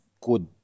good